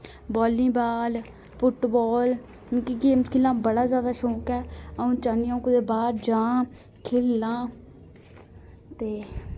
volleyball football मिकी गेमां खेढना बड़ा जैदा शौंक ऐ अ'ऊं चाह्न्नी अ'ऊं कुतै बाह्र जां खेढां ते